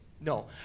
No